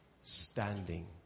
Standing